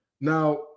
Now